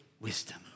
wisdom